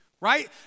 right